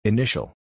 Initial